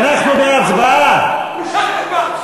אני רוצה להגיד לראש הממשלה: בושה וחרפה.